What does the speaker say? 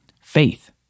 faith